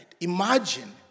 Imagine